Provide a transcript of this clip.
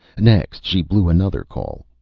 next, she blew another call.